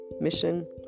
mission